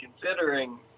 considering